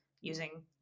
using